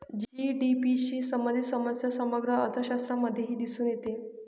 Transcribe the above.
GDP शी संबंधित समस्या समग्र अर्थशास्त्रामध्येही दिसून येते